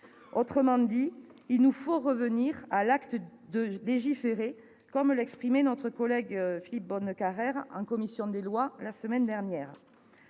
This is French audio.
Autrement dit, il nous faut revenir à l'« acte de légiférer », comme le disait notre collègue Philippe Bonnecarrère en commission des lois, la semaine dernière.